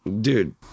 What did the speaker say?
Dude